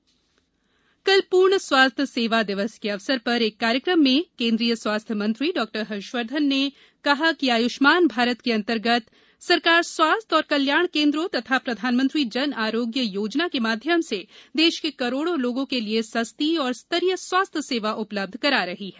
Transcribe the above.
स्वास्थ्य सेवा दिवस कल पूर्ण स्वास्थ्य सेवा दिवस के अवसर पर एक कार्यक्रम में उन्होंने कहा कि आयष्मान भारत के अंतर्गत सरकार स्वास्थ्य और कल्याण केंद्रों तथा प्रधानमंत्री जन आरोग्य योजना के माध्यम से देश के करोड़ों लोगों के लिए सस्ती और स्तरीय स्वास्थ्य सेवा उपलब्ध करा रही है